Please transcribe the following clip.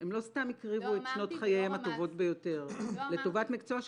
הם לא סתם הקריבו את שנות חייהם הטובות ביותר לטובת מקצוע,